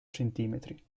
centimetri